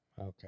Okay